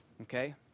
okay